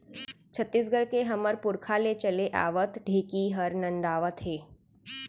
छत्तीसगढ़ के हमर पुरखा ले चले आवत ढेंकी हर नंदावत हे